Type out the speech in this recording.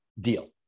deal